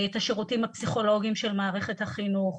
את השירותים הפסיכולוגיים של מערכת החינוך.